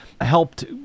helped